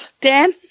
Dan